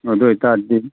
ꯑꯗꯨ ꯑꯣꯏꯇꯥꯗꯤ